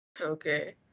Okay